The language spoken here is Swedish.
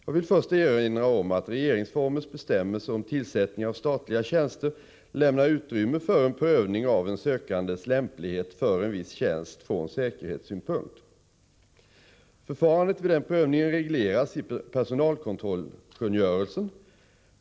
Jag vill först erinra om att regeringsformens bestämmelser om tillsättning av statliga tjänster lämnar utrymme för en prövning av en sökandes lämplighet för en viss tjänst från säkerhetssynpunkt. Förfarandet vid denna prövning regleras i personalkontrollkungörelsen .